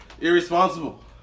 Irresponsible